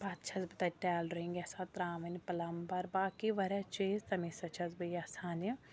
پَتہٕ چھَس بہٕ تَتہِ ٹیلرِنٛگ یَژھان ترٛاوٕنۍ پٕلَمبَر باقٕے واریاہ چیٖز تَمے سۭتۍ چھَس بہٕ یَژھان یہِ